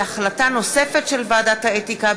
והחלטה נוספת של ועדת האתיקה,